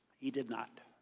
he did not.